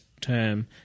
term